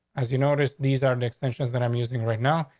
as you notice, these are and extensions that i'm using right now.